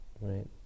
right